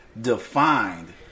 defined